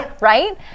Right